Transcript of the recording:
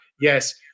yes